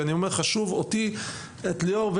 ליאור,